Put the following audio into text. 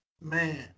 Man